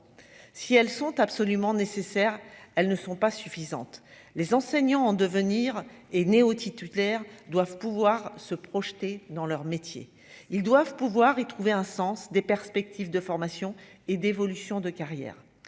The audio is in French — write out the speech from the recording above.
si elles sont absolument nécessaires, elles ne sont pas suffisantes, les enseignants devenir et néo-titulaires doivent pouvoir se projeter dans leur métier, ils doivent pouvoir y trouver un sens des perspectives de formation et d'évolution de carrière,